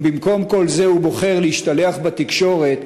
אם במקום כל זה הוא בוחר להשתלח בתקשורת,